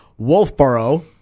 Wolfboro